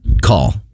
call